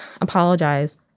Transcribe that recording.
apologize